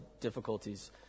difficulties